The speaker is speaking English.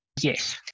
Yes